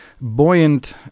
buoyant